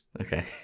Okay